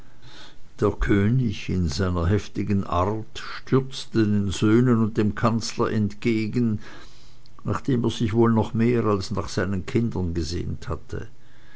der könig in seiner heftigen art stürzte den söhnen und seinem kanzler entgegen nach dem er sich wohl noch mehr als nach seinen kindern gesehnt hatte